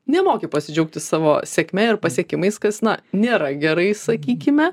nemoki pasidžiaugti savo sėkme ir pasiekimais kas na nėra gerai sakykime